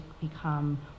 become